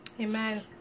Amen